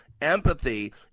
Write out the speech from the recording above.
Empathy